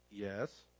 Yes